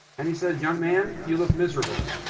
and he says, young man, you look miserable.